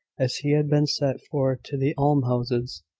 as he had been sent for to the almshouses,